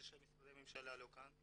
זה שמשרדי הממשלה לא כאן.